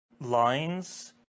lines